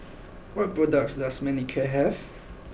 what products does Manicare have